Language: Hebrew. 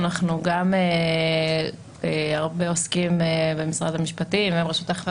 אנחנו גם עוסקים במשרד המשפטים וברשות האכיפה